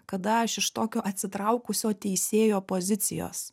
kada aš iš tokio atsitraukusio teisėjo pozicijos